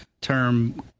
term